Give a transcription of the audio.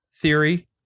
theory